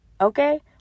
Okay